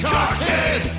Cockhead